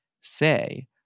say